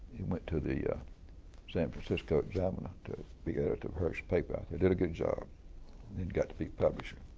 he went to the yeah san francisco examiner to be editor of hearst's paper, did a good job, and then got to be publisher.